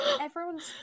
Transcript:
everyone's